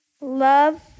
Love